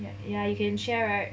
ya ya you can share right